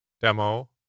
demo